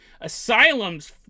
Asylums